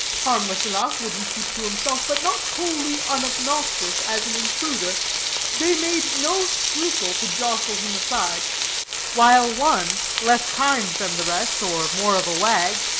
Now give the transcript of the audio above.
harmless enough, would he keep to himself, but not wholly unobnoxious as an intruder they made no scruple to jostle him aside while one, less kind than the rest, or more of a wag,